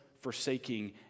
forsaking